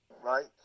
right